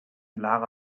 lara